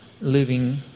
Living